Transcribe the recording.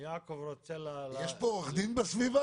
יש פה עורך-דין בסביבה,